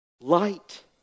Light